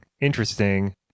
interesting